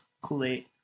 Kool-Aid